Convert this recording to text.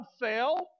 fail